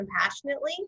compassionately